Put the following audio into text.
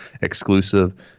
exclusive